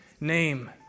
name